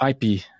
ip